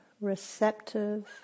receptive